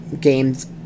games